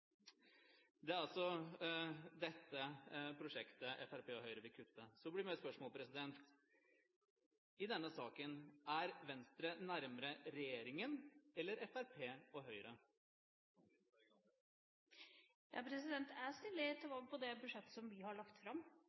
Det er altså dette prosjektet Fremskrittspartiet og Høyre vil kutte. Mitt spørsmål blir: I denne saken, er Venstre nærme regjeringen eller Fremskrittspartiet og Høyre? Jeg stiller til valg på det budsjettet vi har lagt fram.